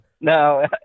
No